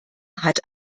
hat